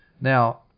Now